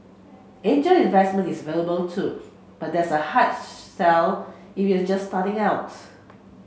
angel investment is available too but that's a hard sell if you're just starting out